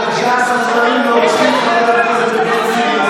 חבר הכנסת בן גביר, קריאה שנייה.